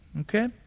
Okay